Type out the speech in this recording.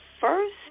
first